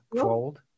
cold